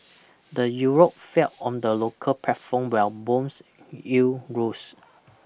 the Euro fell on the local platform while bonds yield rose